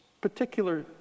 particular